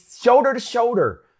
shoulder-to-shoulder